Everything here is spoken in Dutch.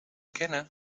kennen